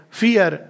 fear